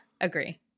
Agree